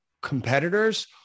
competitors